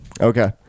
Okay